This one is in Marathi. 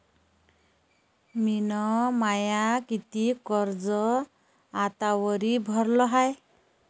मिन माय कितीक कर्ज आतावरी भरलं हाय?